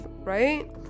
right